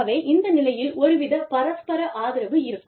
ஆகவே இந்த நிலையில் ஒரு வித பரஸ்பர ஆதரவு இருக்கும்